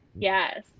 Yes